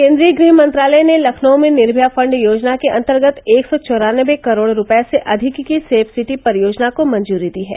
केन्द्रीय गृह मंत्रालय ने लखनऊ में निर्भया फंड योजना के अन्तर्गत एक सौ चौरानवें करोड़ रूपये से अधिक की सेफ सिटी परियोजना को मंजूरी दी है